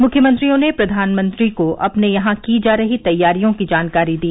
मुख्यमंत्रियों ने प्रघानमंत्री को अपने यहां की जा रही तैयारियों की जानकारी दी